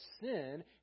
sin